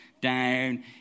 down